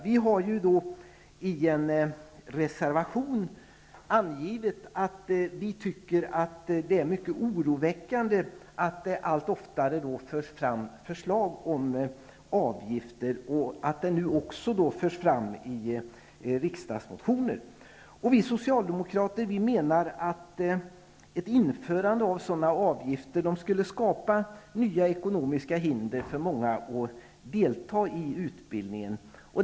Vi har i en reservation angivit att vi tycker att det är mycket oroväckande att det allt oftare förs fram förslag om avgifter och att sådana förslag nu också förs fram i riksdagsmotioner. Vi Socialdemokrater menar att ett införande av sådana avgifter skulle skapa nya ekonomiska hinder för många att delta i utbildningen.